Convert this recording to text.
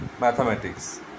Mathematics